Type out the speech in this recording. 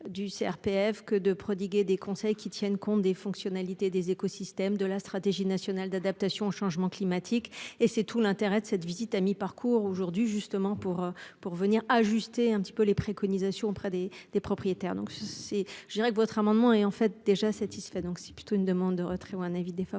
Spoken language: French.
Du CRPF que de prodiguer des conseils qui tiennent compte des fonctionnalités des écosystèmes de la stratégie nationale d'adaptation au changement climatique et c'est tout l'intérêt de cette visite à mi-parcours aujourd'hui justement pour pour venir ajuster un petit peu les préconisations auprès des des propriétaires donc c'est je dirais que votre amendement et en fait déjà satisfait donc c'est plutôt une demande de retrait ou un avis défavorable.